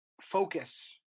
focus